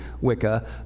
Wicca